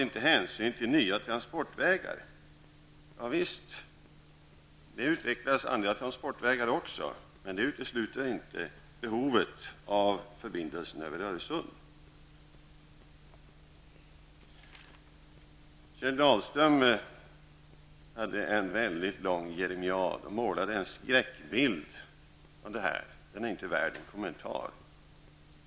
Det utvecklas även andra transportvägar, men det utesluter inte behovet av förbindelsen över Kjell Dahlström hade en mycket lång jeremiad och målade en skräckbild som inte är värd att kommentera.